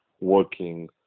working